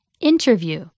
Interview